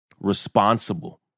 responsible